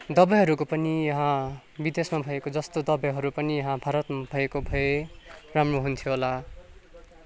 दबाईहरूको पनि यहाँ विदेशमा भएको जस्तो दबाईहरू पनि यहाँ भारतमा भएको भए राम्रो हुन्थ्यो होला